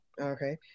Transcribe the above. Okay